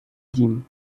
дім